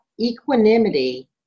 equanimity